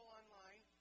online